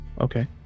Okay